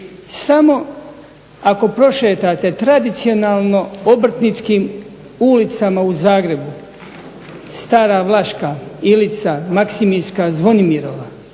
Samo ako prošetate tradicionalno obrtničkim ulicama u Zagrebu, stara Vlaška, Ilica, Maksimirska, Zvonimirova